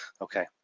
okay